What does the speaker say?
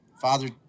Father